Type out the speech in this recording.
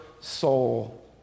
soul